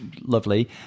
Lovely